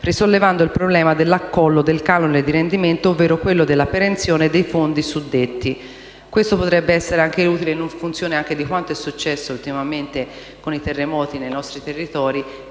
risolvendo il problema dell'accollo del canone di rendimento ovvero quello della perenzione dei fondi suddetti. Ciò potrebbe essere utile anche in funzione di quanto è successo ultimamente a seguito dei terremoti nei nostri territori;